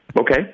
Okay